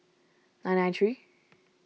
nine nine three